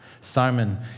Simon